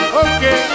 okay